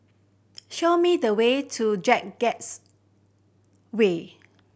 show me the way to J Gates way